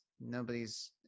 Nobody's